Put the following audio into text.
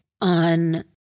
on